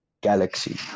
galaxy